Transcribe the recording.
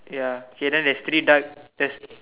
ya okay then there's three duck there's